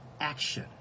action